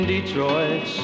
Detroit